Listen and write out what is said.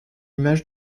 image